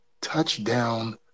touchdown